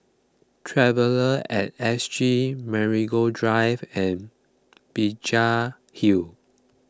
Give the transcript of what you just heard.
Traveller at S G Marigold Drive and Binjai Hill